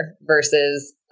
versus